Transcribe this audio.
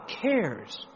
cares